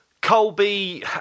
Colby